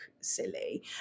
silly